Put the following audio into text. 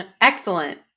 Excellent